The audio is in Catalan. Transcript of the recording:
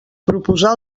proposar